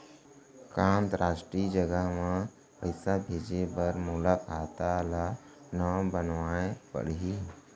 का अंतरराष्ट्रीय जगह म पइसा भेजे बर मोला खाता ल नवा बनवाना पड़ही?